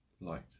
Light